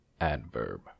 Adverb